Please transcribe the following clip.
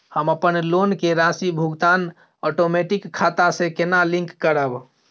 हम अपन लोन के राशि भुगतान ओटोमेटिक खाता से केना लिंक करब?